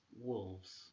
Wolves